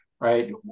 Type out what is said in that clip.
right